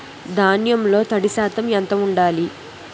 ధాన్యంలో తడి శాతం ఎంత ఉండాలి?